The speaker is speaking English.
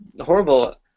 horrible